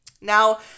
Now